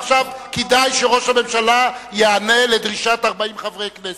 עכשיו כדאי שראש הממשלה יענה לדרישת 40 חברי כנסת.